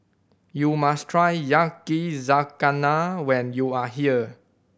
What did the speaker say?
you must try Yakizakana when you are here